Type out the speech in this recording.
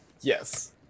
Yes